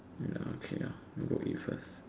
ya okay ah I'll go eat first